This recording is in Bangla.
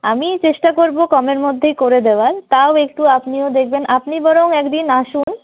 আমি চেষ্টা করবো কমের মধ্যেই করে দেওয়ার তাও একটু আপনিও দেখবেন আপনি বরং একদিন আসুন